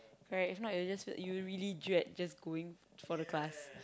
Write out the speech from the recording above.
correct if not you will just you really drag just going for the class